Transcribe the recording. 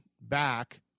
back